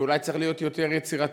ואולי צריך להיות יותר יצירתיים,